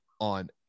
on